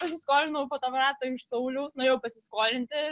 pasiskolinau fotoaparatą iš sauliaus nuėjau pasiskolinti